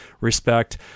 respect